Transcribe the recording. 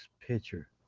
picture